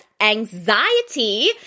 anxiety